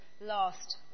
last